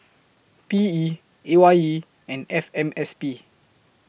P E A Y E and F M S P